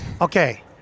Okay